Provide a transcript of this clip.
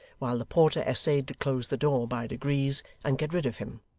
while the porter essayed to close the door by degrees and get rid of him.